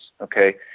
okay